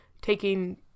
taking